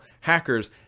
hackers